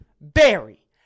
Barry